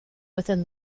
within